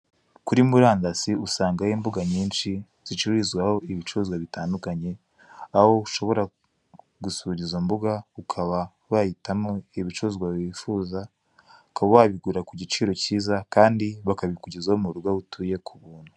Kuri murandasi usangayo imbuga nyinshi zicururizwaho ibicuruzwa bitandukanye, aho ushobora gusura izo mbuga, ukaba wahitamo ibicuruzwa wifuza, ukaba wabigura kugiciro cyiza kandi bakabikugezaho murugo aho utuye kubuntu.